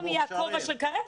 במקום הכובע של קרב,